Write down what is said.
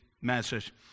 message